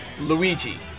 Luigi